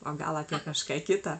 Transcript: o gal apie kažką kita